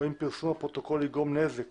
או אם פרסום הפרוטוקול יגרום נזק